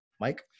Mike